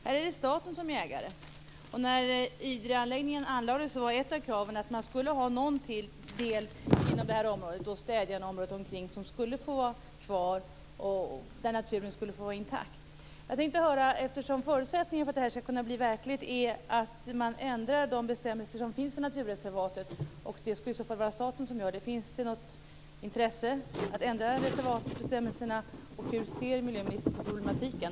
Det är staten som är ägare, och när Idreanläggningen byggdes upp var ett av kraven att naturen skulle få vara intakt i någon del av Städjan och omkringliggande område. Förutsättningen för att det här projektet skall kunna bli verklighet är att man ändrar de bestämmelser som finns i naturreservatet. Det skulle i så fall göras av staten. Finns det något intresse för att ändra reservatsbestämmelserna, och hur ser miljöministern på problematiken?